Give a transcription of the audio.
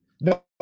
No